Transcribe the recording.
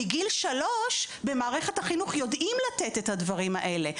במערכת החינוך מגיל שלוש יודעים לתת את הדברים האלה.